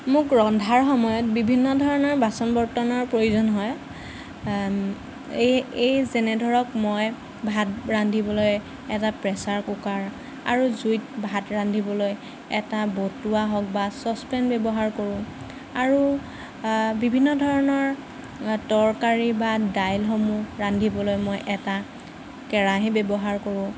মোক ৰন্ধাৰ সময়ত বিভিন্ন ধৰণৰ বাচন বৰ্তনৰ প্ৰয়োজন হয় এই এই যেনে ধৰক মই ভাত ৰান্ধিবলৈ এটা প্ৰেচাৰ কুকাৰ আৰু জুইত ভাত ৰান্ধিবলৈ এটা বতুৱা হওক বা চচ্পেন ব্যৱহাৰ কৰোঁ আৰু বিভিন্ন ধৰণৰ তৰকাৰী বা দাইলসমূহ ৰান্ধিবলৈ মই এটা কেৰাহী ব্যৱহাৰ কৰোঁ